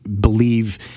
believe